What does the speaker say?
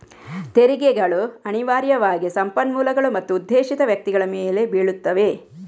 ತೆರಿಗೆಗಳು ಅನಿವಾರ್ಯವಾಗಿ ಸಂಪನ್ಮೂಲಗಳು ಮತ್ತು ಉದ್ದೇಶಿತ ವ್ಯಕ್ತಿಗಳ ಮೇಲೆ ಬೀಳುತ್ತವೆ